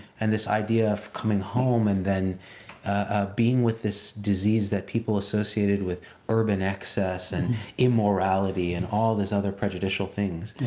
and this idea of coming home and then ah being with this disease that people associated with urban excess and immorality and all this other prejudicial things.